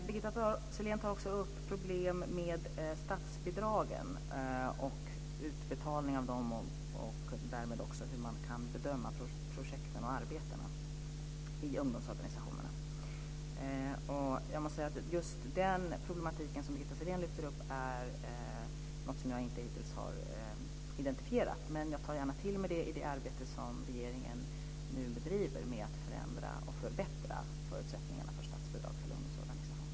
Birgitta Sellén tar också upp problem med statsbidragen och utbetalning av dem och därmed också hur man kan bedöma projekten och arbetena i ungdomsorganisationerna. Jag måste säga att just den problematiken, som Birgitta Sellén lyfter upp, är något som jag inte hittills har identifierat, men jag tar gärna till mig det i det arbete som regeringen nu bedriver med att förändra och förbättra förutsättningarna för statsbidrag till ungdomsorganisationer.